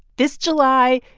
this july,